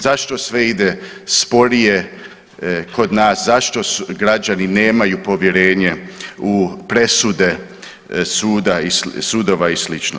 Zašto sve ide sporije kod nas, zašto građani nemaju povjerenje u presude suda, sudova i slično?